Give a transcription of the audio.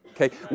Okay